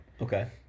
Okay